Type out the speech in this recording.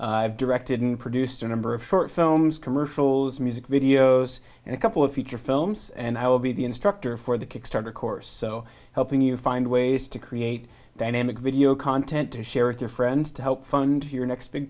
i've directed and produced a number of short films commercials music videos and a couple of feature films and i will be the instructor for the kickstarter course so helping you find ways to create dynamic video content to share with your friends to help fund your next big